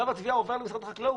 שלב התביעה עובר למשרד החקלאות,